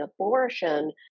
abortion